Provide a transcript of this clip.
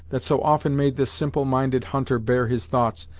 that so often made this simple minded hunter bare his thoughts,